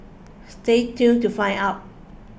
stay tuned to find out